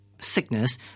sickness